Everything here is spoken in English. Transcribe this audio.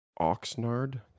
Oxnard